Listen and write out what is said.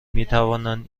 میتوانند